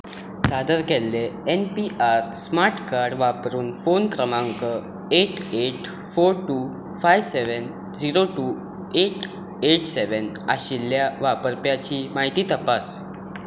सादर केल्लें N P R smart card वापरून फोन क्रमांक eight eight four two five seven zero two eight eight seven आशिल्ल्या वापरप्याची म्हायती तपास